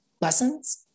Lessons